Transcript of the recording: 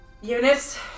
Eunice